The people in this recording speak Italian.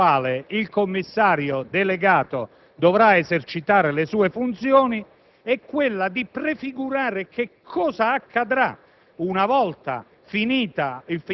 Io credo che, se il decreto può avere un merito, è proprio quello di fare una scelta coraggiosa, cioè quella di fissare